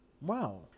Wow